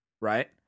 right